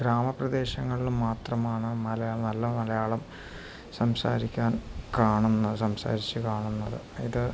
ഗ്രാമപ്രദേശങ്ങളിൽ മാത്രമാണ് മല നല്ല മലയാളം സംസാരിക്കാൻ കാണുന്നത് സംസാരിച്ച് കാണുന്നത് ഇത്